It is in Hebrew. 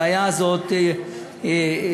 הבעיה הזאת נדחית,